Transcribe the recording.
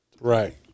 right